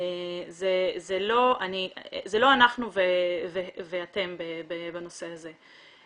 זה לא אנחנו ואתם בנושא הזה.